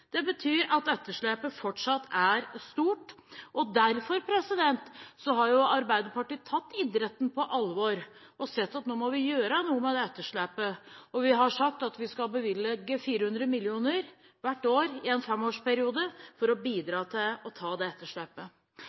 Det betyr at etterslepet fortsatt er stort, og derfor har Arbeiderpartiet tatt idretten på alvor og sett at vi nå må gjøre noe med etterslepet. Vi har sagt at vi skal bevilge 400 mill. kr hvert år i en femårsperiode, for å bidra til å ta det